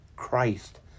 Christ